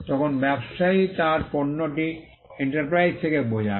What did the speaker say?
তখন ব্যবসায়ী তার পণ্যটি এন্টারপ্রাইজ থেকে বোঝায়